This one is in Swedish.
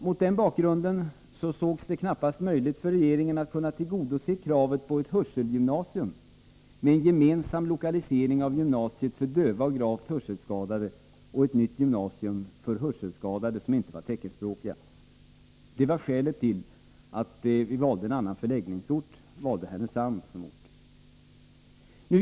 Mot denna bakgrund var det knappast möjligt för regeringen att tillgodose kravet på ett hörselgymnasium genom en gemensam lokalisering av gymnasiet för döva och gravt hörselskadade och ett nytt gymnasium för hörselskadade som inte var teckenspråkiga. Det var skälet till att vi valde en annan förläggningsort, Härnösand.